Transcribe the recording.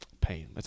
Pain